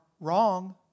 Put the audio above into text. wrong